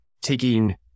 taking